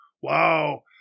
wow